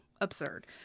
absurd